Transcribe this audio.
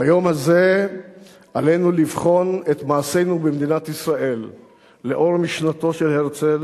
ביום הזה עלינו לבחון את מעשינו במדינת ישראל לאור משנתו של הרצל